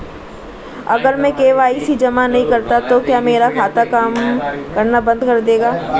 अगर मैं के.वाई.सी जमा नहीं करता तो क्या मेरा खाता काम करना बंद कर देगा?